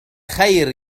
خير